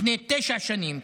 לפני תשע שנים,